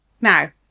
Now